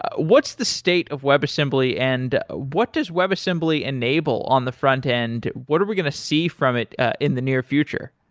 what's the state of web assembly and what does web assembly enable on the frontend? what are we going to see from it in the near future?